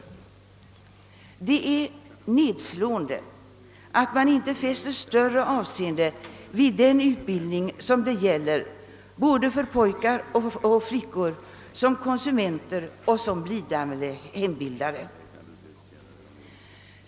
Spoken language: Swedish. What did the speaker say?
Det är nedslående att det inte fästs större avseende vid denna utbildning som gäller både flickor och pojkar i deras egenskap av konsumenter och blivande hembildare.